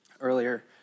earlier